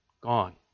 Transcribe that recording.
gone